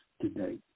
today